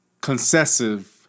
concessive